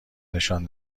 نشان